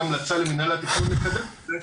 יהיה המלצה למנהל התכנון לקדם את זה,